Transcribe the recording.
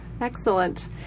Excellent